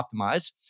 optimize